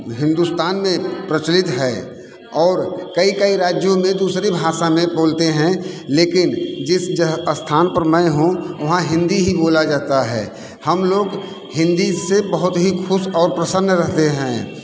हिंदुस्तान में प्रचलित है और कई कई राज्यों में दूसरी भाषा में बोलते हैं लेकिन जिस ज स्थान पर मैं हूँ वहाँ हिंदी ही बोला जाता है हम लोग हिंदी से बहुत ही खुश और प्रसन्न रहते हैं